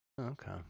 Okay